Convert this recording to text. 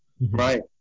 Right